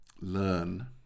learn